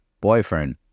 Boyfriend